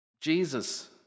Jesus